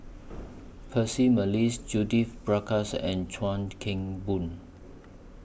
Percy Mcneice Judith Prakash and Chuan Keng Boon